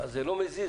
זה גם לא מזיז.